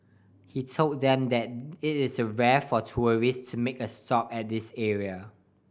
he told them that it is a rare for tourists to make a stop at this area